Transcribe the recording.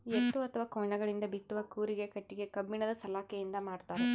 ಎತ್ತು ಅಥವಾ ಕೋಣಗಳಿಂದ ಬಿತ್ತುವ ಕೂರಿಗೆ ಕಟ್ಟಿಗೆ ಕಬ್ಬಿಣದ ಸಲಾಕೆಯಿಂದ ಮಾಡ್ತಾರೆ